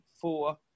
four